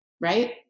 right